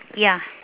ya